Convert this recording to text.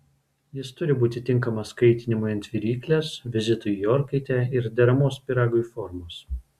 jis turi būti tinkamas kaitinimui ant viryklės vizitui į orkaitę ir deramos pyragui formos